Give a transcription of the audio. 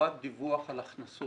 מחובת דיווח על הכנסות